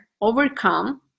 overcome